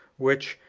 which,